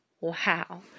Wow